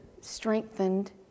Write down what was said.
strengthened